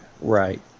Right